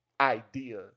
idea